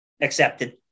Accepted